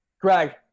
Greg